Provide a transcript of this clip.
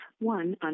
one